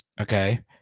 Okay